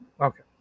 Okay